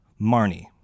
Marnie